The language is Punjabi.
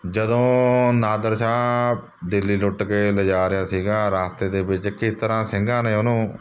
ਜਦੋਂ ਨਾਦਰ ਸ਼ਾਹ ਦਿੱਲੀ ਲੁੱਟ ਕੇ ਲਿਜਾ ਰਿਹਾ ਸੀਗਾ ਰਾਸਤੇ ਦੇ ਵਿੱਚ ਕਿਸ ਤਰ੍ਹਾਂ ਸਿੰਘਾਂ ਨੇ ਉਹਨੂੰ